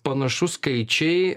panašu skaičiai